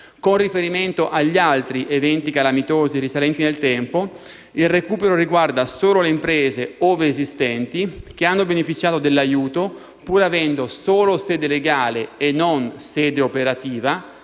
Con riferimento agli altri eventi calamitosi risalenti nel tempo, il recupero riguarda solo le imprese, ove esistenti, che hanno beneficiato dell'aiuto pur avendo solo sede legale e non operativa